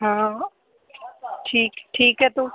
हाँ ठीक ठीक है तो